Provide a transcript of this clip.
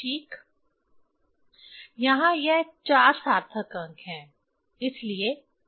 यहां यह 4 सार्थक अंक हैं